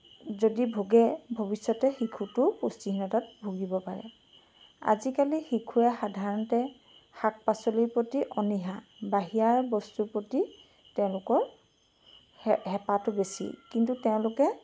যদি ভুগে ভৱিষ্যতে শিশুটো পুষ্টিহীনতাত ভুগিব পাৰে আজিকালি শিশুৱে সাধাৰণতে শাক পাচলিৰ প্ৰতি অনীহা বাহিৰা বস্তুৰ প্ৰতি তেওঁলোকৰ হেঁপাহটো বেছি কিন্তু তেওঁলোকে